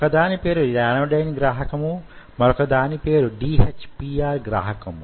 ఒకదాని పేరు ర్యానోడైన్ గ్రాహకము మరొక దాని పేరు DHPR గ్రాహకము